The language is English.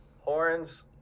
Horns